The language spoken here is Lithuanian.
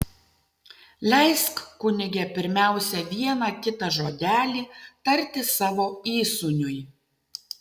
leisk kunige pirmiausia vieną kitą žodelį tarti savo įsūniui